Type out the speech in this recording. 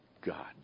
God